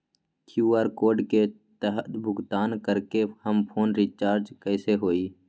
QR code के तहद भुगतान करके हम फोन रिचार्ज कैसे होई?